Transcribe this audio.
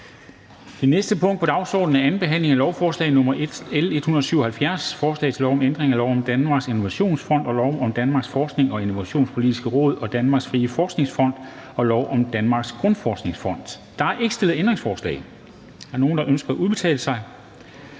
Det næste punkt på dagsordenen er: 5) 2. behandling af lovforslag nr. L 177: Forslag til lov om ændring af lov om Danmarks Innovationsfond, lov om Danmarks Forsknings- og Innovationspolitiske Råd og Danmarks Frie Forskningsfond og lov om Danmarks Grundforskningsfond. (Justering af Danmarks Innovationsfonds formål og